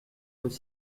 deux